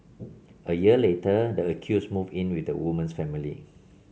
a year later the accused moved in with the woman's family